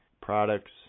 products